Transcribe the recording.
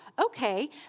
okay